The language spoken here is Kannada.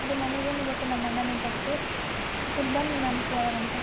ಅದು ನನಗೇನು ಗೊತ್ತಿಲ್ಲ ನಮ್ಮ ಅಣ್ಣನಿಗೆ ಗೊತ್ತು ಇಲ್ಲಿ ಬನ್ನಿ ಮ್ಯಾಮ್ ಕೇಳೋಣ ಅಂತೆ